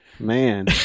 Man